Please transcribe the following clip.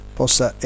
possa